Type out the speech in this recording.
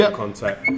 Contact